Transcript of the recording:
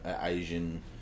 Asian